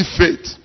faith